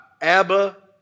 Abba